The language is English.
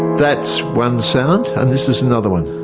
that's one sound and this is another one.